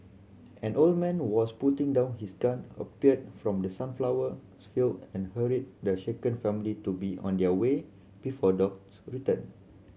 an old man who was putting down his gun appeared from the sunflower's field and hurried the shaken family to be on their way before dogs return